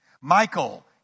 Michael